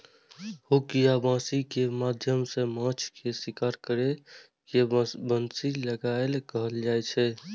hook या बंसी के माध्यम सं माछ के शिकार करै के बंसी लगेनाय कहल जाइ छै